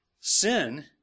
sin